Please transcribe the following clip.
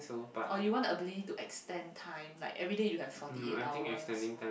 or you want the ability to extend time like everyday you have forty eight hours